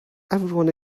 everyone